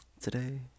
today